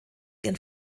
ihren